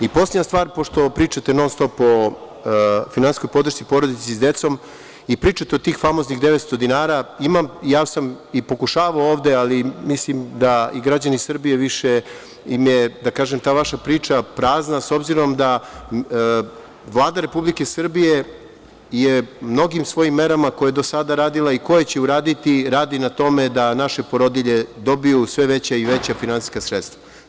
I poslednja stvar, pošto stalno pričate o finansijskoj podršci porodici s decom i pričate o tih famoznih 900 dinara, ja sam pokušavao ovde, ali mislim da je i građanima Srbije više ta vaša priča prazna, s obzirom da Vlada Republike Srbije je mnogim svojim merama koje je do sada radila i koje će uraditi radi na tome da naše porodilje dobiju sve veća i veća finansijska sredstva.